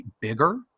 bigger